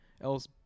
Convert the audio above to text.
else